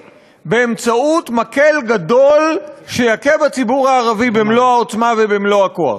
באמצעות מקל גדול שיכה בציבור הערבי במלוא העוצמה ובמלוא הכוח.